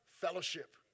fellowship